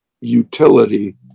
utility